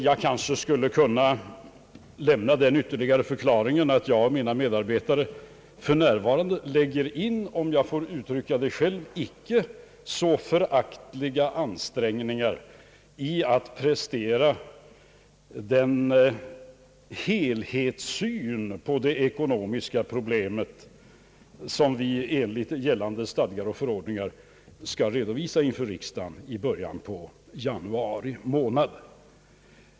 Jag kanske skulle kunna lämna den ytterligare förklaringen, att jag och mina medarbetare för närvarande lägger ner — om jag får uttrycka det själv — inte så föraktliga ansträngningar på att prestera den helhetssyn på de ekonomiska problemen, som vi enligt gällande stadgar och förordningar skall redovisa inför riksdagen i början av januari månad.